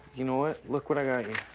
you know what? look what i got you.